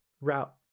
route